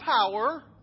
power